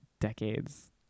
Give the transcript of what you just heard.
decades